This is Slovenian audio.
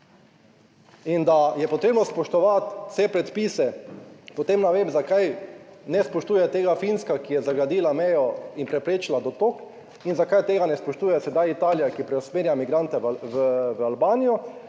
In da je potrebno spoštovati vse predpise, potem ne vem zakaj ne spoštuje tega Finska, ki je zgradila mejo in preprečila dotok in zakaj tega ne spoštuje sedaj Italija, ki preusmerja migrante v Albanijo